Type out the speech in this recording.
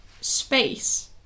space